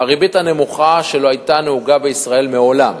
הריבית הנמוכה, שלא היתה נהוגה בישראל מעולם,